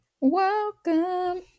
Welcome